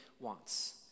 wants